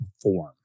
perform